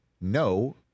No